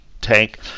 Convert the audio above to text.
tank